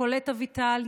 קולט אביטל,